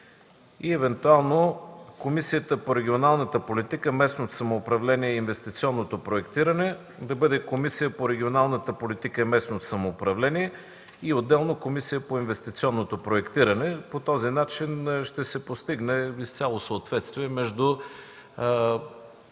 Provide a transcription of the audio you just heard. и евентуално Комисията по регионалната политика, местното самоуправление и инвестиционното проектиране да бъде Комисия по регионалната политика и местното самоуправление и отделно Комисия по инвестиционното проектиране. По този начин ще се постигне и изцяло съответствие между